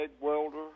welder